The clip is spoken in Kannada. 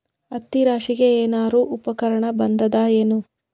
ಹತ್ತಿ ರಾಶಿಗಿ ಏನಾರು ಉಪಕರಣ ಬಂದದ ಏನು?